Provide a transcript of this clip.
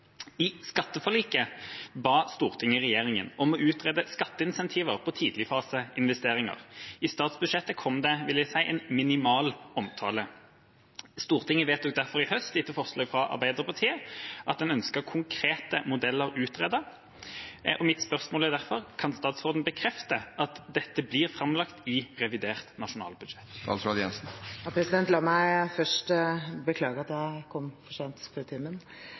utrede skatteincentiver på tidligfaseinvesteringer. I statsbudsjettet kom det bare en omtale. Stortinget vedtok så i høst Arbeiderpartiets forslag om å få konkrete modeller utredet. Kan statsråden bekrefte at dette blir fremlagt i revidert nasjonalbudsjett?» La meg først beklage at jeg kom for sent til spørretimen.